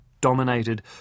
dominated